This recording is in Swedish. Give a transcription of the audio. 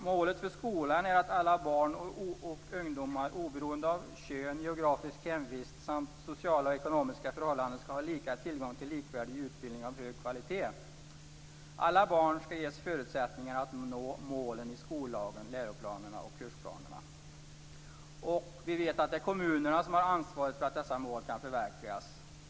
Målet för skolan är att alla barn och ungdomar oberoende av kön, geografisk hemvist samt sociala och ekonomiska förhållanden skall ha lika tillgång till likvärdig utbildning av hög kvalitet. Alla barn skall ges förutsättningar att nå målen i skollagen, läroplanerna och kursplanerna. Vi vet att det är kommunerna som har ansvaret för att dessa mål kan förverkligas.